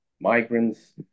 migrants